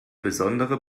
besondere